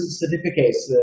certificates